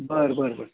बरं बरं बरं